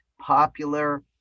popular